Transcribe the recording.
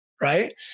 right